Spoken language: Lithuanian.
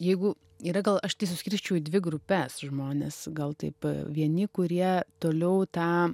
jeigu yra gal aš tai suskirčiau į dvi grupes žmones gal taip vieni kurie toliau tą